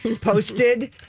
posted